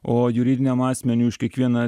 o juridiniam asmeniui už kiekvieną